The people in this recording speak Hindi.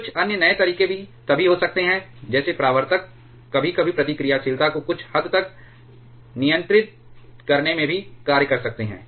कुछ अन्य नए तरीके भी हो सकते हैं जैसे परावर्तक कभी कभी प्रतिक्रियाशीलता को कुछ हद तक नियंत्रित करने में भी कार्य कर सकते हैं